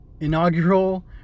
inaugural